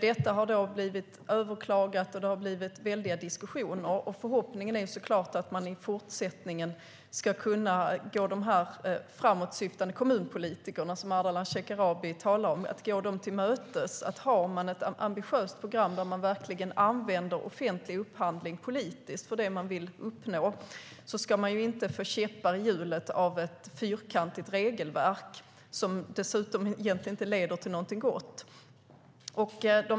Detta har blivit överklagat, och det har blivit väldiga diskussioner. Förhoppningen är att man i fortsättningen ska kunna gå de framåtsyftande kommunpolitikerna som Ardalan Shekarabi talar om till mötes. Har de ett ambitiöst program där de verkligen använder upphandling politiskt för det de vill uppnå ska de inte få käppar i hjulet av ett fyrkantigt regelverk som dessutom egentligen inte leder till någonting gott.